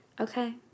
Okay